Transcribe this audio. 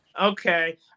Okay